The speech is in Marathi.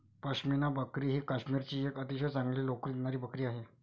पश्मिना बकरी ही काश्मीरची एक अतिशय चांगली लोकरी देणारी बकरी आहे